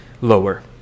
lower